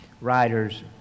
writers